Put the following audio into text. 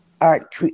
art